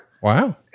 Wow